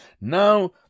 Now